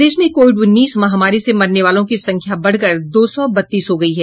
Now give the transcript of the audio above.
प्रदेश में कोविड उन्नीस महामारी से मरने वालों की संख्या बढ़कर दौ सौ बत्तीस हो गयी है